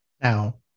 Now